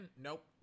Nope